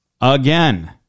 again